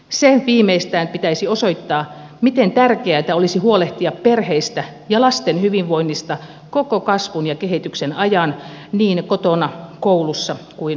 sen viimeistään pitäisi osoittaa miten tärkeätä olisi huolehtia perheistä ja lasten hyvinvoinnista koko kasvun ja kehityksen ajan niin kotona koulussa kuin harrastuspiireissäkin